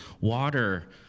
water